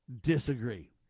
disagree